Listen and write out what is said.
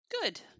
Good